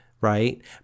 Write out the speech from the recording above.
right